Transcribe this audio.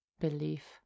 belief